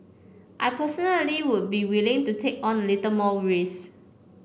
I personally would be willing to take on a little more risk